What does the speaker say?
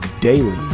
daily